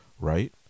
right